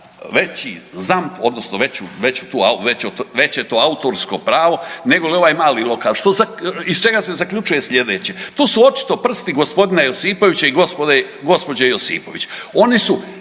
veću, veću, veće to autorsko pravo negoli ovaj mali lokal iz čega se zaključuje slijedeće. To su očito prsti g. Josipovića i gđe. Josipović.